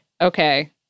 Okay